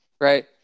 Right